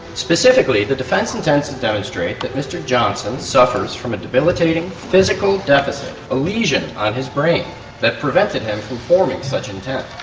specifically the defence intends to demonstrate that mr johnson suffers from a debilitating physical deficit, a lesion on his brain that prevented him from forming such intent.